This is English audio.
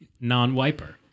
non-wiper